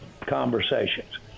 conversations